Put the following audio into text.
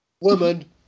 Woman